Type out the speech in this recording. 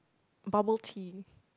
bubble tea